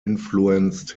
influenced